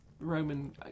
Roman